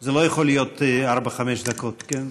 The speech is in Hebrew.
זה לא יכול להיות ארבע-חמש דקות, כן?